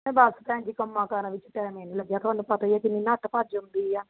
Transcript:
ਬਸ ਭੈਣ ਜੀ ਕੰਮਾਂ ਕਾਰਾਂ ਵਿੱਚ ਟਾਈਮ ਹੀ ਨਹੀਂ ਲੱਗਿਆ ਤੁਹਾਨੂੰ ਪਤਾ ਹੀ ਹੈ ਕਿੰਨੀ ਨੱਠ ਭੱਜ ਹੁੰਦੀ ਆ